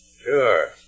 Sure